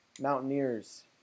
Mountaineers